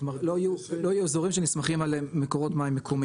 כלומר לא יהיו אזורים שנסמכים עליהם מקורות מים מקומיים.